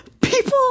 people